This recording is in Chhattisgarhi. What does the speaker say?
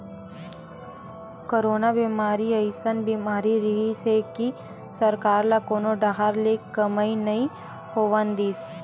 करोना बेमारी अइसन बीमारी रिहिस हे कि सरकार ल कोनो डाहर ले कमई नइ होवन दिस